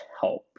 help